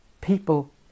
people